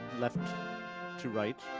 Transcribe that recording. left to right,